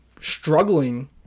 struggling